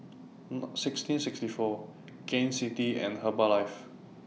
sixteen sixty four Gain City and Herbalife